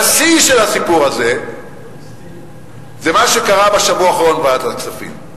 והשיא של הסיפור הזה הוא מה שקרה בשבוע האחרון בוועדת הכספים.